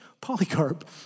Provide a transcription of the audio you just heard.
Polycarp